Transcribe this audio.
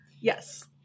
yes